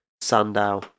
Sandow